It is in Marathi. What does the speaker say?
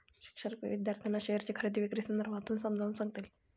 शिक्षक विद्यार्थ्यांना शेअरची खरेदी विक्री संदर्भात समजावून सांगतील